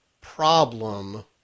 problem